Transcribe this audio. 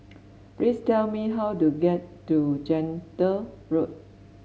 please tell me how to get to Gentle Road